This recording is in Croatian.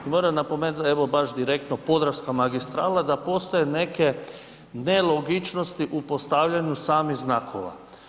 I moram napomenuti evo baš direktno Podravska magistrala da postoje neke nelogičnosti u postavljanju samih znakova.